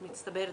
מצטברת,